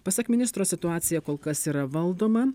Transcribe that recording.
pasak ministro situacija kol kas yra valdoma